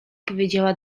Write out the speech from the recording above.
powiedziała